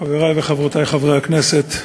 חברי וחברותי חברי הכנסת,